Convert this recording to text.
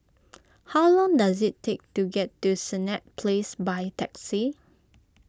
how long does it take to get to Senett Place by taxi